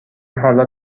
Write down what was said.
حالا